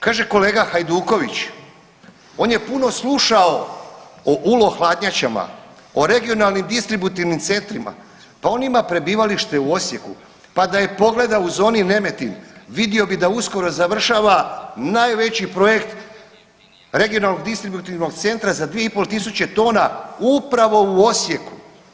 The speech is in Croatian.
Kaže kolega Hajduković, on je puno slušao u ULO hladnjačama, o regionalnim distributivnim centrima, pa on ima prebivalište u Osijeku pa da je pogledao u zoni Nemetin vidio bi da uskoro završava najveći projekt regionalnog distributivnog centra za 2,5 tisuće tona upravo u Osijeku.